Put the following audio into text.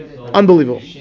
Unbelievable